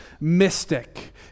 mystic